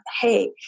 hey